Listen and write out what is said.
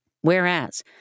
Whereas